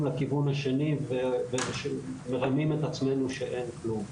לכיוון השני ומרמים את עצמנו שאין כלום.